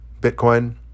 Bitcoin